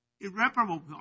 irreparable